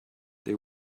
they